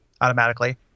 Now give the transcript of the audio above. automatically